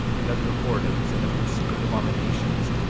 and of your whoredoms, and of your secret abominations,